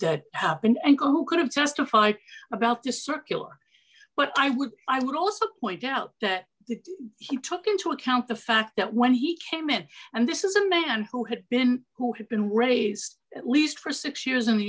that happened and who could have testified about the circular but i would i would also point out that he took into account the fact that when he came in and this is a man who had been who had been raised at least for six years in the